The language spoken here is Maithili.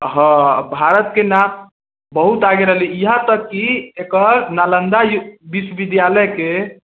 हँ भारत के नाम बहुत आगे रहलै ईहाँ तक की एकर नालन्दा विश्वविद्यालय के